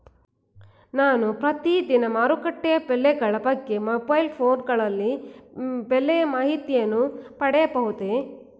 ನಾನು ಪ್ರತಿದಿನ ಮಾರುಕಟ್ಟೆಯ ಬೆಲೆಗಳ ಬಗ್ಗೆ ಮೊಬೈಲ್ ಫೋನ್ ಗಳಲ್ಲಿ ಬೆಲೆಯ ಮಾಹಿತಿಯನ್ನು ಪಡೆಯಬಹುದೇ?